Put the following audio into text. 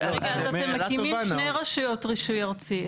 רגע, אז אתם מקימים שני רשויות רישוי ארצית?